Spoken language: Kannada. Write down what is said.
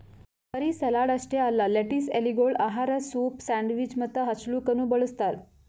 ಬರೀ ಸಲಾಡ್ ಅಷ್ಟೆ ಅಲ್ಲಾ ಲೆಟಿಸ್ ಎಲೆಗೊಳ್ ಆಹಾರ, ಸೂಪ್, ಸ್ಯಾಂಡ್ವಿಚ್ ಮತ್ತ ಹಚ್ಚಲುಕನು ಬಳ್ಸತಾರ್